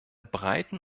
breiten